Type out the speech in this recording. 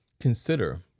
Consider